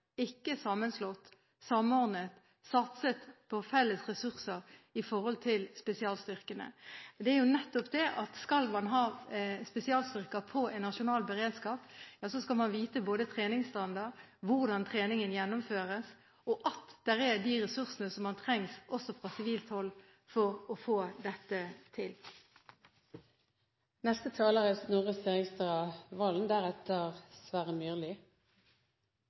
ikke sammenslått – på felles ressurser når det gjelder spesialstyrkene. Det er nettopp det, skal man ha spesialstyrker på en nasjonal beredskap, så skal man vite både treningsstandard, hvordan treningen gjennomføres, og at det er de ressursene som trengs også fra sivilt hold for å få dette til. Det er